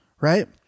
Right